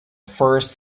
first